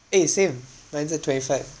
eh same mine's at twenty-five